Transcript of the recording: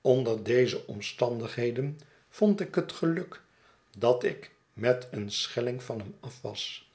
onder deze omstandigheden vond ik het een geluk dat ik met een schelling van hem af was